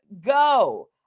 go